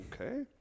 okay